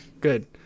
good